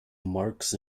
marx